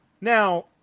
Now